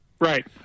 Right